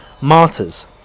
martyrs